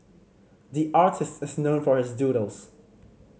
the artist is known for his doodles